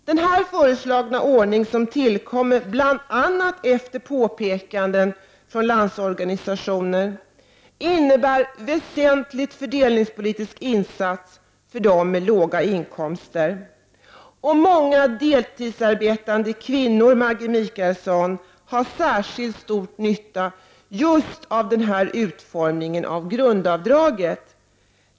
Denna föreslagna ordning, som tillkommit bl.a. efter påpekanden från Landsorganisationen, innebär en väsentlig fördelningspolitisk insats för dem med låga inkomster. Många deltidsarbetande kvinnor, Maggi Mikaelsson, har särskilt stor nytta just av denna utformning av grundavdraget.